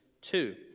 two